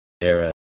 era